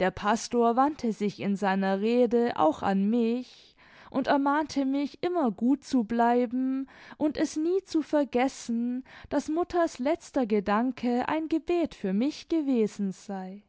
der pastor wandte sich in seiner rede auch an mich und ermahnte mich immer gut zu bleiben und es nie zu vergessen daß mutters letzter gedanke ein gebet für mich gewesen sei